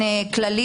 באופן כללי,